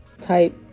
type